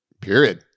period